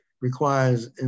requires